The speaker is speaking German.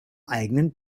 eigenen